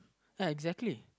ya exactly